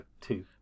two